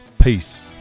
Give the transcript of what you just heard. Peace